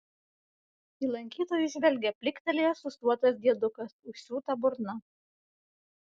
į lankytojus žvelgia pliktelėjęs ūsuotas diedukas užsiūta burna